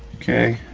okay,